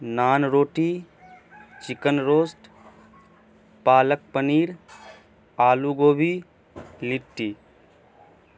نان روٹی chicken roast palak paneer aloo gobi لٹی